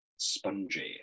Spongy